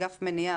אגף מניעה,